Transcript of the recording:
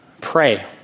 pray